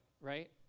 right